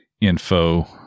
info